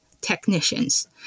technicians